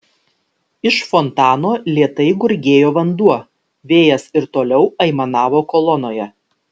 iš fontano lėtai gurgėjo vanduo vėjas ir toliau aimanavo kolonoje